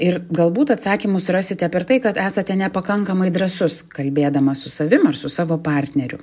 ir galbūt atsakymus rasite per tai kad esate nepakankamai drąsus kalbėdamas su savim ar su savo partneriu